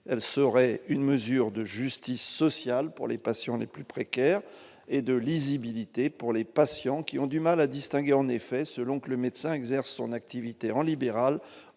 serait une mesure de justice sociale pour les patients les plus précaires et de lisibilité pour les patients qui ont du mal à distinguer, en effet, selon que le médecin exerce son activité en libéral